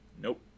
Nope